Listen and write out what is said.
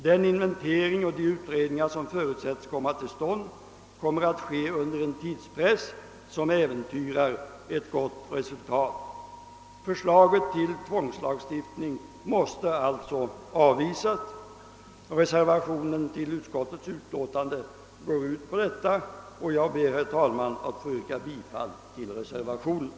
Den inventering och de utredningar som förutsättes äga rum kommer att försiggå under en tidspress som äventyrar ett gott resultat. Förslaget till tvångslagstiftning måste alltså avvisas. Den reservation som är fogad vid utskottets utlåtande går ut på detta, och jag ber att få yrka bifall till densamma.